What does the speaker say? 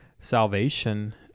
salvation